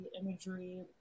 imagery